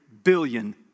billion